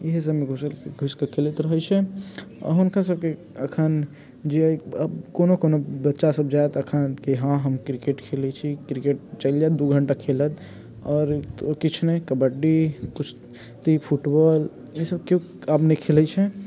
इहे सभमे घुसल घुसिकेँ खेलैत रहैत छै अऽ हुनका सभके अखन जे अब कोनो कोनो बच्चा सभ जायत अखन कि हँ हम क्रिकेट खेलैत छी क्रिकेट चलि जैत दू घण्टा खेलत आओर किछ नइ कबड्डी कुस्ती फुटबौल ई सभ केओ आब नहि खेलैत छै